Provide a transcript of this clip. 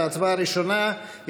ההצבעה הראשונה,